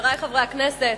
חברי חברי הכנסת,